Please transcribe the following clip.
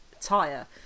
tire